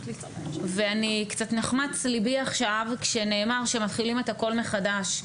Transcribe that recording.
ליבי נחמץ שנאמר שמתחילים את הכול מחדש.